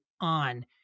on